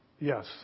yes